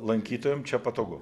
lankytojam čia patogu